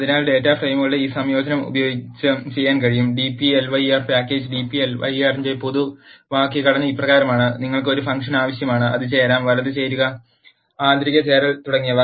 അതിനാൽ ഡാറ്റാ ഫ്രെയിമുകളുടെ ഈ സംയോജനം ഉപയോഗിച്ച് ചെയ്യാൻ കഴിയും dplyr പാക്കേജ് dplyr ന്റെ പൊതു വാക്യഘടന ഇപ്രകാരമാണ് നിങ്ങൾക്ക് ഒരു ഫംഗ്ഷൻ ആവശ്യമാണ് അത് ചേരാം വലത് ചേരുക ആന്തരിക ചേരൽ തുടങ്ങിയവ